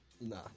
Nah